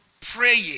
praying